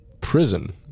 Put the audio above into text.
Prison